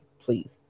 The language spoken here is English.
please